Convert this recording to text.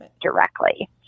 directly